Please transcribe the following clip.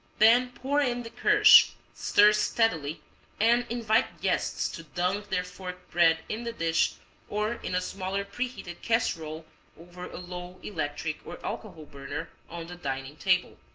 then pour in the kirsch, stir steadily and invite guests to dunk their forked bread in the dish or in a smaller preheated casserole over a low electric or alcohol burner on the dining table.